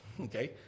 okay